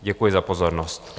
Děkuji za pozornost.